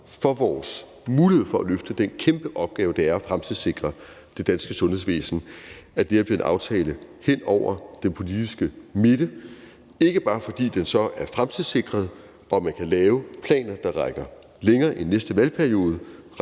for vores mulighed for at løfte den kæmpe opgave, det er at fremtidssikre det danske sundhedsvæsen, at det her bliver en aftale hen over den politiske midte – ikke bare fordi den så er fremtidssikret og man kan lave planer, der rækker længere end til næste valgperiode,